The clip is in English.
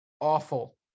awful